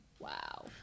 Wow